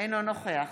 אינו נוכח